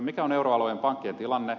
mikä on euroalueen pankkien tilanne